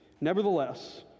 Nevertheless